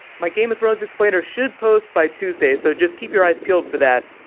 my game of thrones explainer should post by tuesday, so just keep your eyes peeled for that.